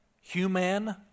human